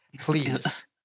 please